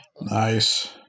Nice